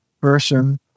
person